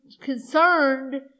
concerned